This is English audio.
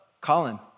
Colin